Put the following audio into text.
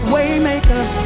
Waymaker